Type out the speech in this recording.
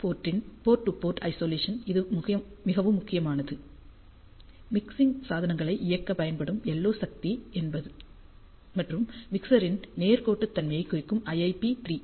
board to port isolation இது மிகவும் முக்கியமானது மிக்சிங் சாதனங்களை இயக்க பயன்படும் LO சக்தி மற்றும் மிக்சரின் நேர்கோட்டுத்தன்மையைக் குறிக்கும் IIP3